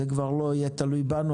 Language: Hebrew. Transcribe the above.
זה כבר לא יהיה תלוי בנו,